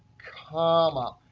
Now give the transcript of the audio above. comma.